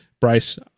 Bryce